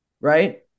right